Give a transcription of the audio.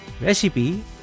Recipe